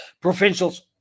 provincials